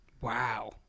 Wow